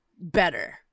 better